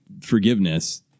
forgiveness